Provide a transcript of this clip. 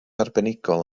arbenigol